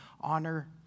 honor